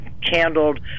handled